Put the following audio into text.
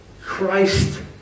Christ